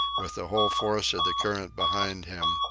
with the whole force of the current behind him,